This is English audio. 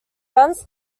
guns